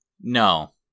No